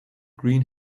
green